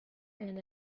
and